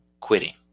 quitting